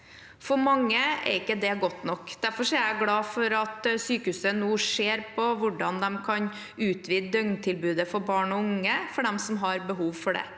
For mange er ikke det godt nok. Derfor er jeg er glad for at sykehuset nå ser på hvordan de kan utvide døgntilbudet for barn og unge, for de som har behov for det.